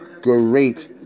great